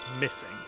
missing